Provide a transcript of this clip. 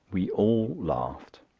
we all laughed.